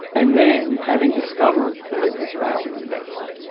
and then having discovered that it was fouling the nest,